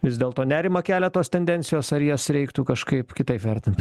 vis dėlto nerimą kelia tos tendencijos ar jas reiktų kažkaip kitaip vertint